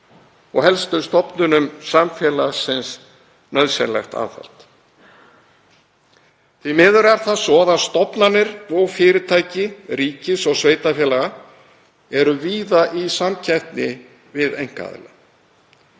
og helstu stofnunum samfélagsins nauðsynlegt aðhald. Því miður er það svo að stofnanir og fyrirtæki ríkis og sveitarfélaga eru víða í samkeppni við einkaaðila.